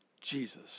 Jesus